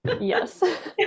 Yes